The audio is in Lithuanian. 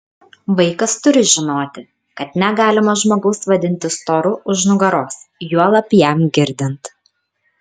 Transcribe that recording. vaikas turi žinoti kad negalima žmogaus vadinti storu už nugaros juolab jam girdint